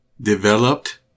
Developed